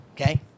okay